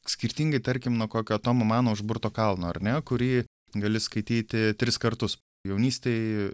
skirtingai tarkim nuo kokio tomo mano užburto kalno ar ne kurį gali skaityti tris kartus jaunystėj